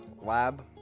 lab